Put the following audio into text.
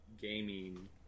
gaming